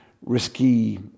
risky